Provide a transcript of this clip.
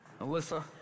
Alyssa